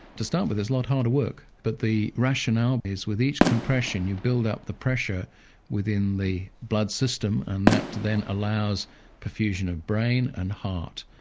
to start with, it's a lot harder work, but the rationale is with each compression you build up the pressure within the blood system, and that then allows profusion of brain and heart.